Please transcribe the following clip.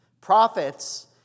Prophets